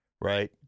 Right